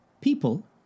people